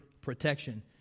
protection